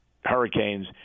hurricanes